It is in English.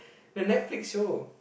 the Netflix show